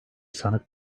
sanık